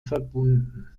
verbunden